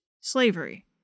slavery